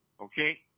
okay